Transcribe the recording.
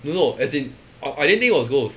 no as in I didn't think it was ghost